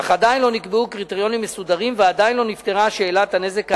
אך עדיין לא נקבעו קריטריונים מסודרים ועדיין לא נפתרה שאלת הנזק העקיף.